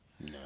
No